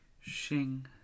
shing